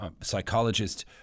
psychologist